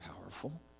powerful